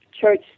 church